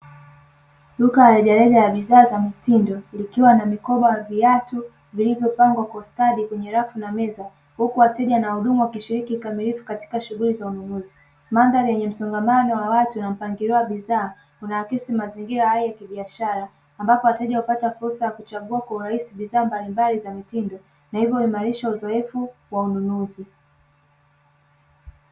Duka la rejareja la bidhaa za mtindo, likiwa na mikoba na viatu vilivyopangwa kwa ustadi kwenye rafu na meza. Huku wateja na wahudumu wakishiriki kikamilifu katika shughuli za ununuzi. Mandhari yenye msongamano wa watu na mpangilio wa bidhaa unaakisi mazingira na hali ya kibiashara ambapo wateja hupata fursa ya kuchagua kwa urahisi bidhaa mbalimbali za mitindo na hivyo huimarisha uzoefu wa ununuzi.